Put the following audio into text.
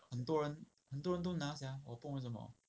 很多人很多人都拿 sia 我不懂为什么